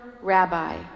rabbi